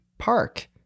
Park